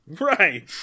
Right